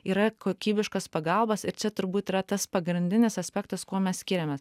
yra kokybiškos pagalbos ir čia turbūt yra tas pagrindinis aspektas kuo mes skiriamės